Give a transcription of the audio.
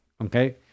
Okay